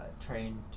trained